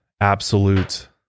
absolute